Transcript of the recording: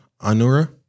Anura